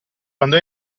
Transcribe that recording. quando